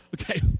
Okay